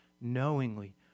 knowingly